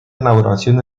inauguración